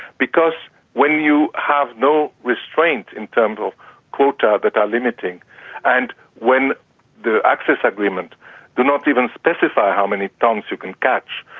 because when you have no restraint in terms of quota that are limiting and when the access agreements do not even specify how many tonnes you can catch,